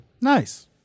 Nice